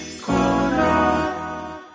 Corner